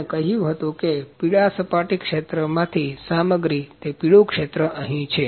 આપણે કહ્યું હતું કે પીળા સપાટી ક્ષેત્રમાંથી સામગ્રી તે પીળું ક્ષેત્ર અહી છે